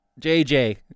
jj